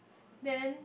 then